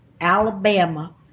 Alabama